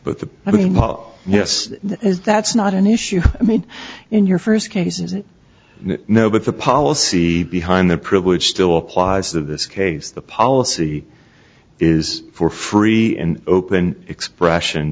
the i mean law yes is that's not an issue i mean in your first case is it no but the policy behind the privilege still applies of this case the policy is for free and open expression